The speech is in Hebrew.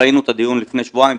ראינו את הדיון לפני שבועיים,